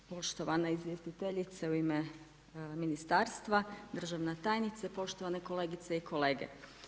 Poštovana izvjestiteljice u ime ministarstva, državna tajnice, poštovane kolegice i kolege.